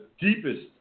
deepest